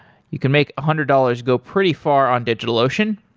you can make a hundred dollars go pretty far on digitalocean.